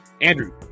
Andrew